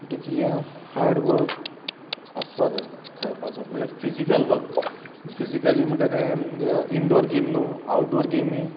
देखी यें हाडवक आसपा जाय खेळपाचो म्हळ्ळ्या फिजिकल वर्क फिजिकली म्हुटल्या तें इंडोर गेम न्हू आवटडोर गेमी